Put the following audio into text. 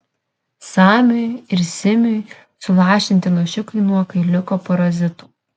samiui ir simiui sulašinti lašiukai nuo kailiuko parazitų